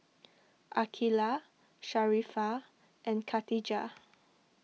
Aqilah Sharifah and Khatijah